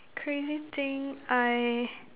crazy thing I